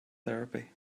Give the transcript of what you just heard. therapy